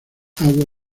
agua